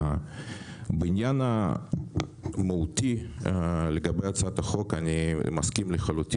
בעניין המהותי לגבי הצעת החוק אני מסכים לחלוטין